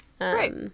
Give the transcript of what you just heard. Right